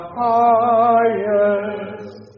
highest